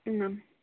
ಹ್ಞೂ ಮ್ಯಾಮ್